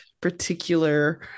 particular